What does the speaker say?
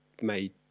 made